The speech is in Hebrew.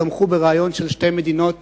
תמכו ברעיון של שתי מדינות